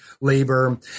labor